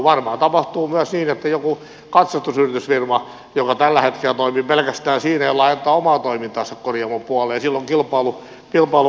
varmaan tapahtuu myös niin että joku katsastusfirma joka tällä hetkellä toimii pelkästään siinä laajentaa omaa toimintaansa korjaamon puolelle ja silloin kilpailu vahvistuu